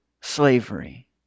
slavery